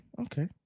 Okay